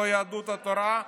לא יהדות התורה,